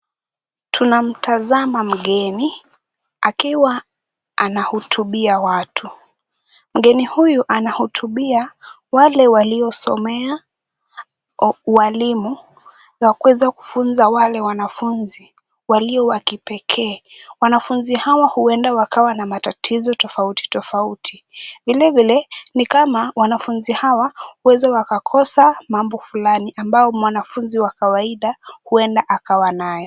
Tunamtazama mgeni akiwa anahutubia watu. Mgeni huyu anahutubia wale waliosomea ualimu na kuweza kufunza wale wanafunzi walio wa kipekee. Wanafunzi hawa huenda wakawa na matatizo tofauti tofauti. Vilevile ni kama wanafunzi hawa huweza wakakosa mambo fulani ambayo mwanafunzi wa kawaida huenda akawa nayo.